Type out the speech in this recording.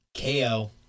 KO